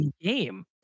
game